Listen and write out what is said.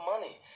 money